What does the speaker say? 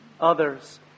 others